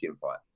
fight